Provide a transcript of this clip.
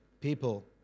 people